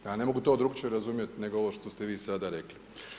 Ja ne mogu to drukčije razumjeti nego ovo što ste vi sada rekli.